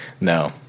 No